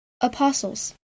Apostles